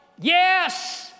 Yes